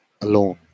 alone